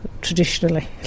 traditionally